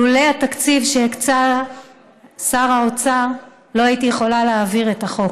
לולא התקציב שהקצה שר האוצר לא הייתי יכולה להעביר את החוק.